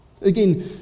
Again